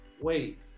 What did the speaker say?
Wait